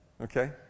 Okay